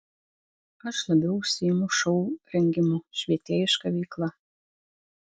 aš labiau užsiimu šou rengimu švietėjiška veikla